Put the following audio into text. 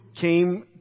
came